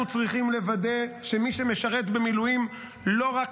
אנחנו צריכים לוודא שמי שמשרת במילואים לא רק